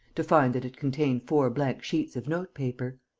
to find that it contained four blank sheets of note-paper.